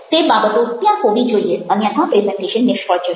તે બાબતો ત્યાં હોવી જોઈએ અન્યથા પ્રેઝન્ટેશન નિષ્ફળ જશે